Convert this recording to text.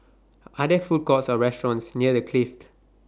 Are There Food Courts Or restaurants near The Clift